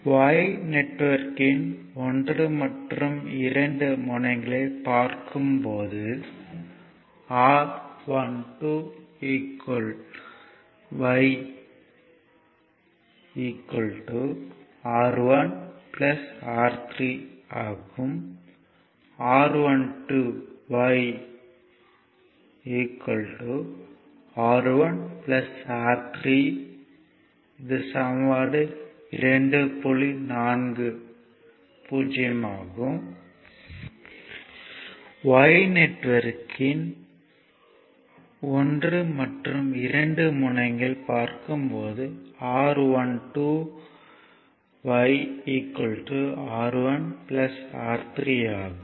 Y நெட்வொர்க்யின் 1 மற்றும் 2 முனையங்களைப் பார்க்கும் போது R12 R1 R3 ஆகும்